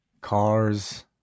Cars